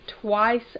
Twice